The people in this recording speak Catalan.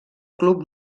club